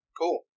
cool